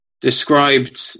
described